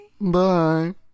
Bye